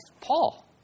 Paul